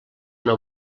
una